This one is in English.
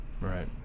Right